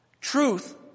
Truth